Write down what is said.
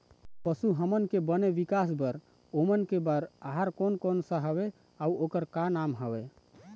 पशु हमन के बने विकास बार ओमन के बार आहार कोन कौन सा हवे अऊ ओकर का नाम हवे?